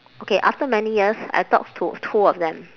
okay after many years I talked to two of them